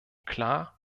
klar